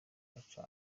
aca